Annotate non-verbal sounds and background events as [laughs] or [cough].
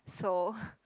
so [laughs]